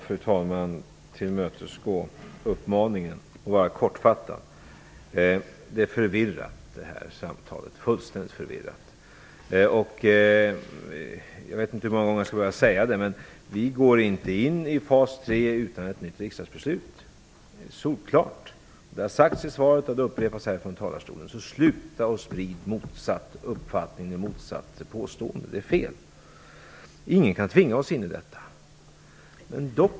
Fru talman! Det här samtalet är fullständigt förvirrat. Vi kommer inte att gå in i fas tre utan ett nytt riksdagsbeslut. Det är solklart. Det har framkommit i svaret, och jag har upprepat det här i talarstolen. Sluta sprid den motsatta uppfattningen! Det är fel. Ingen kan tvinga oss in i detta.